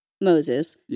Moses